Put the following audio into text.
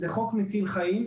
הוא חוק מציל חיים,